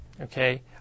Okay